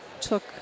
took